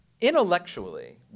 intellectually